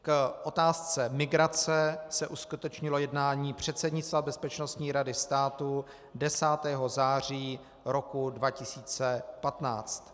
K otázce migrace se uskutečnilo jednání předsednictva Bezpečnostní rady státu 10. září roku 2015.